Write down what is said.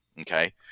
okay